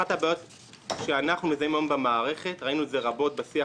אחת הבעיות שאנחנו מזהים היום במערכת ראינו את זה רבות בשיח